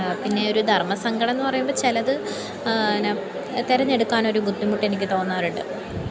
പിന്നെ ഒരു ധർമ്മസങ്കടം എന്ന് പറയുമ്പോൾ ചിലത് പിന്നെ തിരഞ്ഞെടുക്കാനൊരു ബുദ്ധിമുട്ട് എനിക്ക് തോന്നാറുണ്ട്